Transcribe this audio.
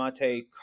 mate